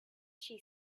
she